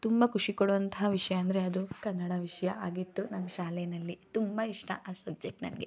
ತುಂಬ ಖುಷಿ ಕೊಡುವಂತಹ ವಿಷಯ ಅಂದರೆ ಅದು ಕನ್ನಡ ವಿಷಯ ಆಗಿತ್ತು ನಮ್ಮ ಶಾಲೆಯಲ್ಲಿ ತುಂಬ ಇಷ್ಟ ಆ ಸಬ್ಜೆಕ್ಟ್ ನನಗೆ